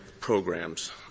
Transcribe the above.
programs